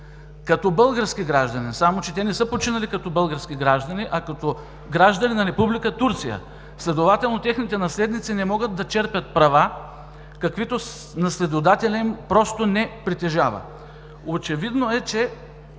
като български гражданин. Само че те не са починали като български граждани, а като граждани на Република Турция. Следователно техните наследници не могат да черпят права, каквито наследодателят им просто не притежава. Очевидно е, че